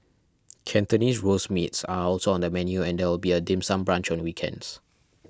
Cantonese Roast Meats are also on the menu and there will be a dim sum brunch on weekends